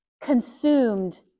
consumed